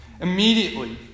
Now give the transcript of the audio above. Immediately